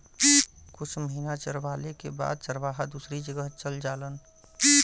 कुछ महिना चरवाले के बाद चरवाहा दूसरी जगह चल जालन